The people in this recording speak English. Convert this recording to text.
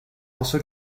also